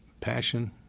Passion